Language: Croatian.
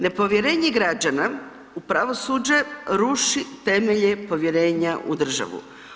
Nepovjerenje građana u pravosuđe ruši temelje povjerenja u državu.